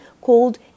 called